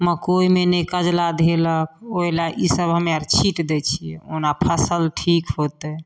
मकइमे नहि कजला धेलक ओहिलए ईसब हमे अओर छीटि दै छिए ओना फसिल ठीक हेतै